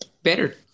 better